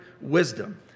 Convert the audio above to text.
wisdom